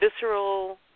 Visceral